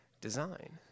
design